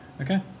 Okay